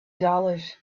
dollars